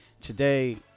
Today